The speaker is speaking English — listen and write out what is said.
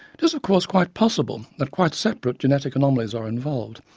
it is of course quite possible that quite separate genetic anomalies are involved,